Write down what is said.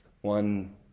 one